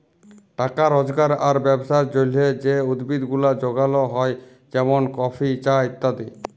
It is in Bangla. টাকা রজগার আর ব্যবসার জলহে যে উদ্ভিদ গুলা যগাল হ্যয় যেমন কফি, চা ইত্যাদি